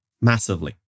massively